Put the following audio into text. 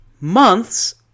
months